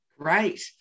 Great